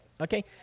Okay